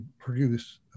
produce